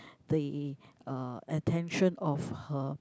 the uh attention of her